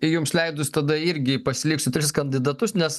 jums leidus tada irgi pasiliksiu tris kandidatus nes